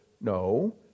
no